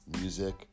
music